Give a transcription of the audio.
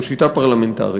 זו שיטה פרלמנטרית,